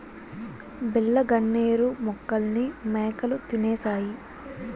బిళ్ళ గన్నేరు మొక్కల్ని మేకలు తినేశాయి